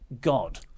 God